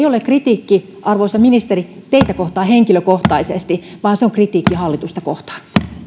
ole kritiikki arvoisa ministeri teitä kohtaan henkilökohtaisesti vaan se on kritiikki hallitusta kohtaan